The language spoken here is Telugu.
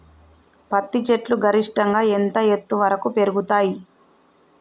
పత్తి చెట్లు గరిష్టంగా ఎంత ఎత్తు వరకు పెరుగుతయ్?